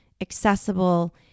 accessible